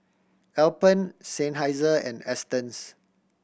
Alpen Seinheiser and Astons